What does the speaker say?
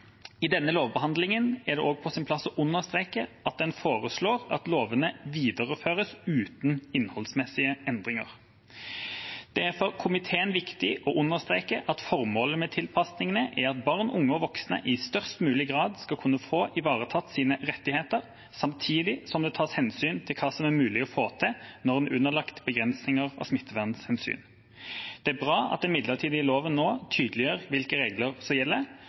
I denne lovbehandlingen er det også på sin plass å understreke at en foreslår at lovene videreføres uten innholdsmessige endringer. Det er for komiteen viktig å understreke at formålet med tilpasningene er at barn, unge og voksne i størst mulig grad skal kunne få ivaretatt sine rettigheter, samtidig som det tas hensyn til hva som er mulig å få til når en er underlagt begrensninger av smittevernhensyn. Det er bra at den midlertidige loven nå tydeliggjør hvilke regler som gjelder,